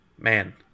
man